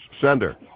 sender